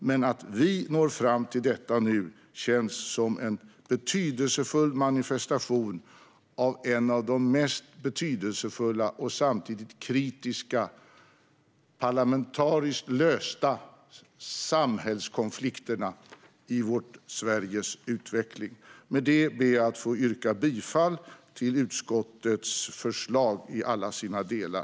Men att vi nu når fram till detta känns som en betydelsefull manifestation av en av de mest betydelsefulla och samtidigt kritiska parlamentariskt lösta samhällskonflikterna i vårt Sveriges utveckling. Med detta ber jag att få yrka bifall till utskottets förslag i alla dess delar.